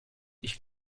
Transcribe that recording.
ich